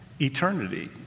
eternity